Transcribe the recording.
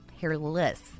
hairless